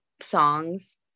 songs